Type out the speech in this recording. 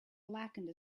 blackened